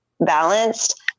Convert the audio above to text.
balanced